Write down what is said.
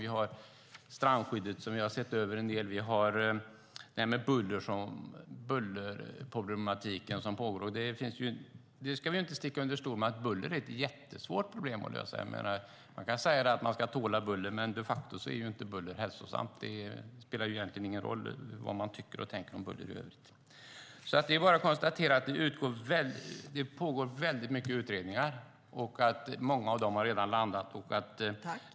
Vi har sett över strandskyddet, och arbete med bullerproblematiken pågår. Vi ska inte sticka under stol med att buller är ett jättesvårt problem att lösa. Man kan säga att man ska tåla buller, men de facto är buller inte hälsosamt, och då spelar det egentligen ingen roll vad man tycker och tänker om buller i övrigt. Det pågår väldigt mycket utredningar, och många av dem har redan blivit klara.